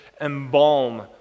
embalm